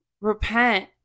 Repent